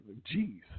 Jeez